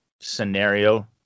scenario